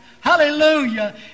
Hallelujah